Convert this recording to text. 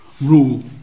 rule